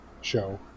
show